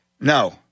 No